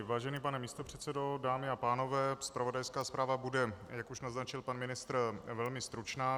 Vážený pane místopředsedo, dámy a pánové, zpravodajská zpráva bude, jak už naznačil pan ministr, velmi stručná.